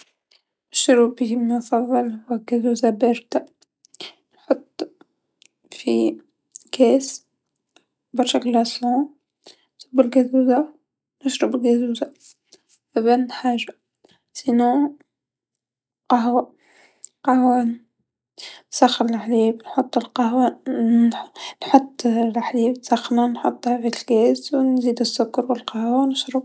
مشروبي المفضل هو قازوزا باردا، حط في كاس برشا ثلج و صب القازوزا مشروب قازوزا أبن حاجه، و لا قهوا، القهوا نسخن الحليب نحط القهوا، ن-نحط الحليب نسخنو نحطو في الكاس نزيدو السكر و القهوا و نشرب.